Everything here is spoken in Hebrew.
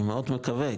אני מאוד מקווה,